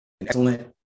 excellent